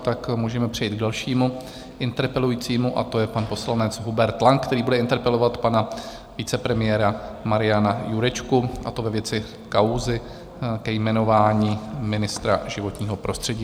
Tak můžeme přejít k dalšímu interpelujícímu a to je pan poslanec Hubert Lang, který bude interpelovat pana vicepremiéra Mariana Jurečku, a to ve věci kauzy ke jmenování ministra životního prostředí.